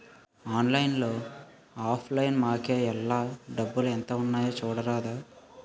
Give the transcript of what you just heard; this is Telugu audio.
ఆన్లైన్లో ఆఫ్ లైన్ మాకేఏల్రా డబ్బులు ఎంత ఉన్నాయి చూడరాదా